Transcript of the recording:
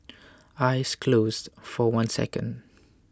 eyes closed for one second